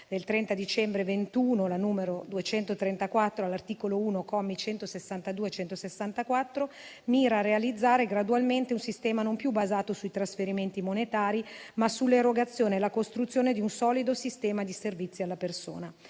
del 30 dicembre 2021, all'articolo 1, commi 162 e 164, mira a realizzare gradualmente un sistema non più basato sui trasferimenti monetari, ma sull'erogazione e sulla costruzione di un solido sistema di servizi alla persona.